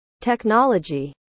technology